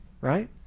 right